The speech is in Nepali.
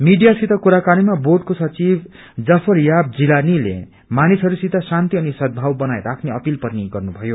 मीडिया सित कुराकानीमा बोर्डको सचिव जफरयाब जिलानीले मानिसहरूसित शान्ति अनि सम्दाव बनाइराख्ने अपिल पनि गर्नुभयो